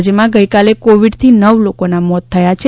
રાજ્યમાં ગઈકાલે કોવિડથી નવ લોકોના મોત થયા છે